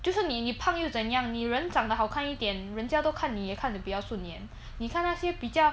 就是你胖又怎样你人长得好看一点人家都看你也看得比较顺眼你看那些比较